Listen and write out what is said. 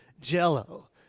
Jello